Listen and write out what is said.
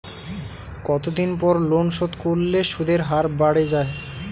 কতদিন পর লোন শোধ করলে সুদের হার বাড়ে য়ায়?